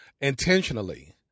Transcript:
Intentionally